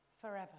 forever